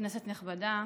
כנסת נכבדה,